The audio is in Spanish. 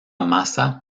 massa